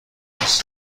ساخت